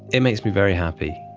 it makes me very happy,